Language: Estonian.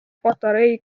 patarei